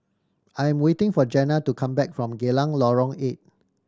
I am waiting for Jenna to come back from Geylang Lorong Eight